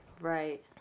Right